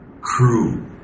crew